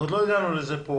ועוד לא הגענו לזה פה